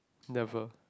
never